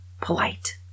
polite